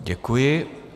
Děkuji.